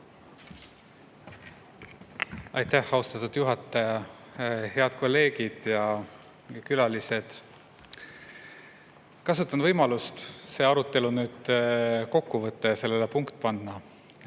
Aitäh, austatud juhataja! Head kolleegid ja külalised! Kasutan võimalust see arutelu nüüd kokku võtta ja sellele punkt panna.